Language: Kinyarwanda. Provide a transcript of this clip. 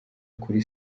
kuri